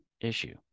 issue